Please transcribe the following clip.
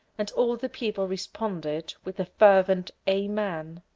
and all the people responded with a fervent amen.